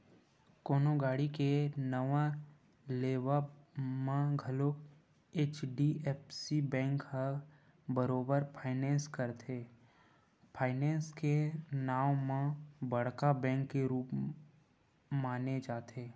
कोनो गाड़ी के नवा लेवब म घलोक एच.डी.एफ.सी बेंक ह बरोबर फायनेंस करथे, फायनेंस के नांव म बड़का बेंक के रुप माने जाथे